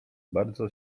bardzo